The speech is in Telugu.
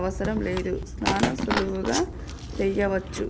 అవసరం లేదు సానా సులువుగా సెయ్యవచ్చు